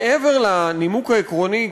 מעבר לנימוק העקרוני,